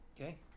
Okay